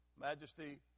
majesty